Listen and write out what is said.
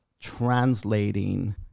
translating